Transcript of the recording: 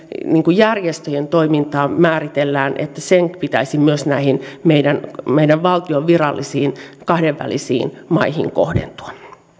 järjestöjen toimintaa määrittelemme että myös sen pitäisi näihin valtion virallisiin kahdenvälisiin maihin kohdentua